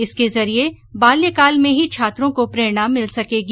इसके जरिये बाल्यकाल में ही छात्रों को प्रेरणा मिल सकेगी